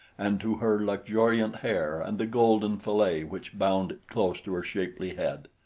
and to her luxuriant hair and the golden fillet which bound it close to her shapely head.